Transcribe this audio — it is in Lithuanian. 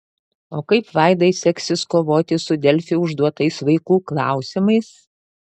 o kaip vaidai seksis kovoti su delfi užduotais vaikų klausimais